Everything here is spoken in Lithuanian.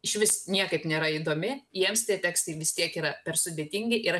išvis niekaip nėra įdomi jiems tie tekstai vis tiek yra per sudėtingi ir aš